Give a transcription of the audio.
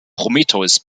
prometheus